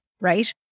right